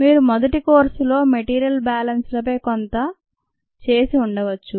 మీరు మొదటి కోర్సులో మెటీరియల్ బ్యాలెన్స్ లపై కొంత చేసి ఉండవచ్చు